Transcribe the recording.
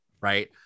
right